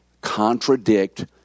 contradict